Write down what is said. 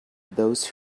those